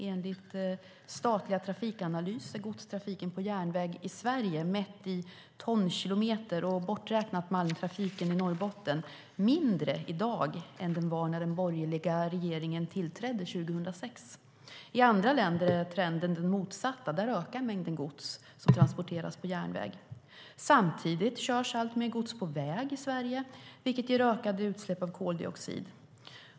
Enligt statliga Trafikanalys är godstrafiken på järnväg i Sverige, mätt i tonkilometer och malmtrafiken i Norrbotten borträknad, mindre i dag än den var när den borgerliga regeringen tillträdde 2006. I andra länder är trenden den motsatta, och där ökar mängden gods som transporteras på järnväg. Samtidigt körs alltmer gods på väg i Sverige, vilket ger ökade utsläpp av koldioxid.